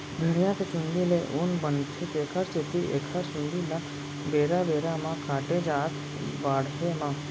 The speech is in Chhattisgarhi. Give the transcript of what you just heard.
भेड़िया के चूंदी ले ऊन बनथे तेखर सेती एखर चूंदी ल बेरा बेरा म काटे जाथ बाड़हे म